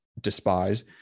despise